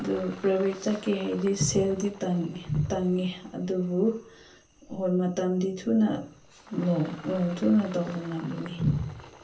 ꯑꯗꯨ ꯄ꯭ꯔꯥꯏꯕꯦꯠꯇꯒꯤ ꯍꯥꯏꯗꯤ ꯁꯦꯜꯗꯤ ꯇꯥꯡꯉꯦ ꯇꯥꯡꯉꯦ ꯑꯗꯨꯕꯨ ꯍꯣꯏ ꯃꯇꯝꯗꯤ ꯊꯨꯅ ꯊꯨꯅ ꯇꯧꯕ ꯉꯝꯕꯅꯤ